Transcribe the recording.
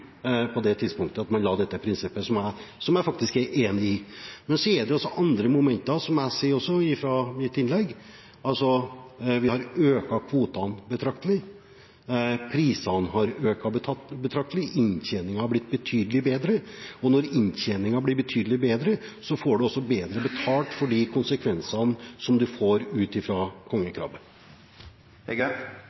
på det tidspunktet da man la dette prinsippet, som jeg faktisk er enig i. Men så er det også andre momenter her, som jeg sa i mitt innlegg: Vi har økt kvotene betraktelig, prisene har økt betraktelig, inntjeningen har blitt betydelig bedre, og når inntjeningen blir betydelig bedre, får en også bedre betalt i forhold til konsekvensene